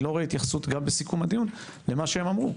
אני לא רואה התייחסות גם בסיכום הדיון למה שאמרו.